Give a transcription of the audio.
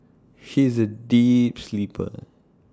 she is A deep sleeper